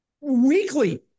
weekly